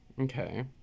Okay